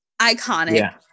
iconic